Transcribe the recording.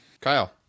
Kyle